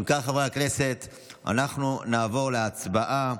אם כך, חברי הכנסת, אנחנו נעבור להצבעה.